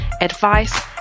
advice